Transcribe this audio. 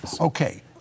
Okay